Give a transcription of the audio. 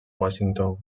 washington